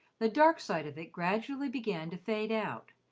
the dark side of it gradually began to fade out,